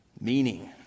meaning